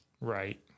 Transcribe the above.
Right